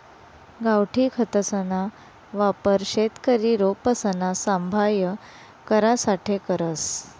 गावठी खतसना वापर शेतकरी रोपसना सांभाय करासाठे करस